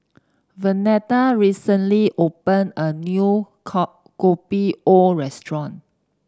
Vernetta recently opened a new Kopi O restaurant